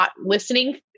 listening